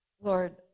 Lord